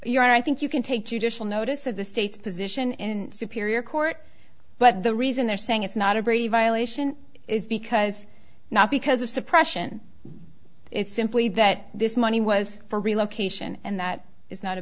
honor i think you can take judicial notice of the state's position in superior court but the reason they're saying it's not a brave violation is because not because of suppression it's simply that this money was for relocation and that is not a